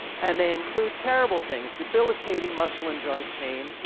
and they include terrible things debilitating muscle and joint pain,